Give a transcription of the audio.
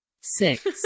six